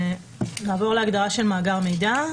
נעבור להגדרה המוצעת של מאגר מידע: